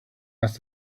asked